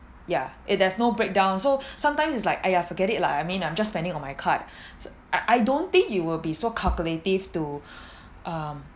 yeah it there's no breakdown so sometimes it's like !aiya! forget it lah I mean I'm just spending on my card s~ I I don't think you will be so calculative to um